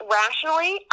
rationally